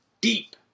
deep